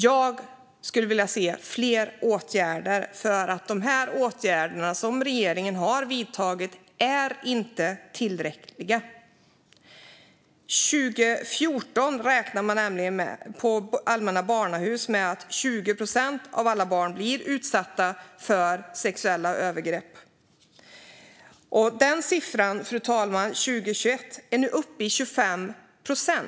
Jag skulle vilja se fler åtgärder, för de åtgärder som regeringen har vidtagit är inte tillräckliga. År 2014 räknade Allmänna Barnhuset med att 20 procent av alla barn blir utsatta för sexuella övergrepp, och nu 2021 är denna siffra uppe på 25 procent.